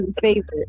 favorite